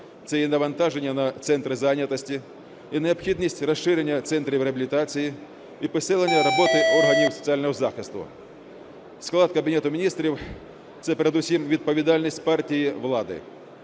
Це є навантаження на центри зайнятості і необхідність розширення центрів реабілітації, і посилення роботи органів соціального захисту. Склад Кабінету Міністрів – це передусім відповідальність партії влади.